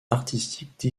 artistique